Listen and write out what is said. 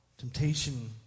Temptation